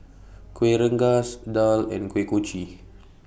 Kueh Rengas Daal and Kuih Kochi